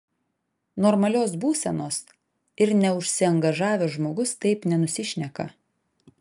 normalios būsenos ir neužsiangažavęs žmogus taip nenusišneka